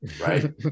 right